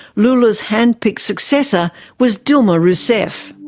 lula's hand-picked successor was dilma rousseff.